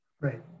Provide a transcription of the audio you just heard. Right